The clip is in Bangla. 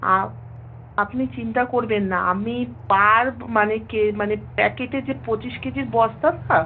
আও আপনি চিন্তা করবেন না আমি পার মানে কে মানে প্যাকেটে যে পঁচিশ কেজির বস্তা না